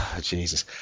Jesus